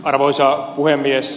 arvoisa puhemies